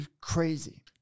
crazy